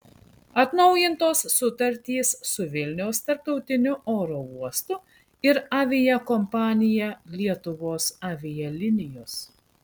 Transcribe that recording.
atnaujintos sutartys su vilniaus tarptautiniu oro uostu ir aviakompanija lietuvos avialinijos